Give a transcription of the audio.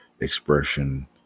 expression